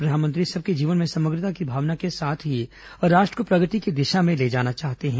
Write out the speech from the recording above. प्रधानमंत्री सबके जीवन में समग्रता की भावना के साथ ही राष्ट्र को प्रगति की दिशा में ले जाना चाहते हैं